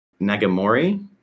Nagamori